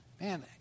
man